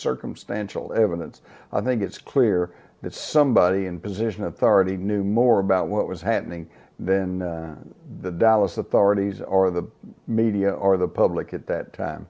circumstantial evidence i think it's clear that somebody in position of authority knew more about what was happening then the dallas authorities or the media or the public at that t